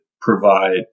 provide